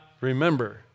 remember